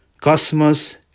cosmos